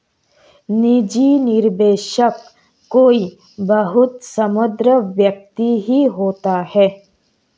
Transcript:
निजी निवेशक कोई बहुत समृद्ध व्यक्ति ही होता है